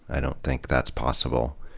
i don't think that's possible.